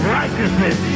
righteousness